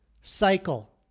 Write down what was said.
cycle